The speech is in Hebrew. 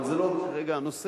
אבל זה לא כרגע הנושא,